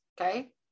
okay